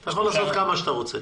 אתה יכול לדבר כמה שאתה רוצה.